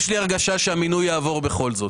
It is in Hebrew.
יש לי הרגשה שהמינוי יעבור בכל זאת.